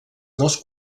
dels